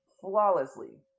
flawlessly